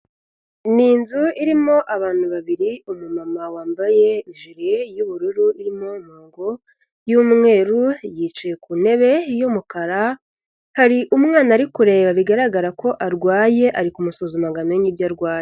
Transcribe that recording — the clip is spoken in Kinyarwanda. Ni inzu irimo abantu babiri, umumama wambaye ijure y'ubururu, irimo imirongo y'umweru yicaye ku ntebe y'umukara, hari umwana ari kureba bigaragara ko arwaye, ari kumusuzuma ngo amenye ibyo arwaye.